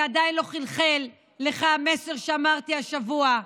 שעדיין לא חלחל אליך המסר שאמרתי השבוע: